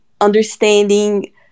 understanding